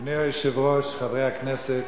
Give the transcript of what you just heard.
אדוני היושב-ראש, חברי הכנסת,